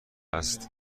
است